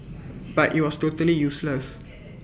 but IT was totally useless